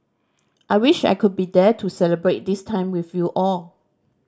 I wish I could be there to celebrate this time with you all